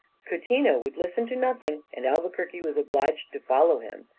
coutinho would listen to nothing, and albuquerque was obliged to follow him.